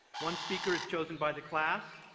one speaker is chosen by the class.